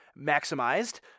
maximized